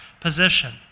position